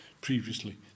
previously